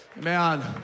Man